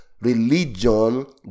religion